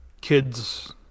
kids